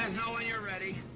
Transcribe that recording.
us know when you're ready.